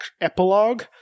epilogue